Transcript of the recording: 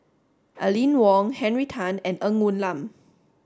Aline Wong Henry Tan and Ng Woon Lam